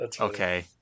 Okay